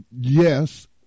Yes